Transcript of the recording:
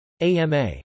AMA